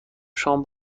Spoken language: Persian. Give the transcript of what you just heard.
شام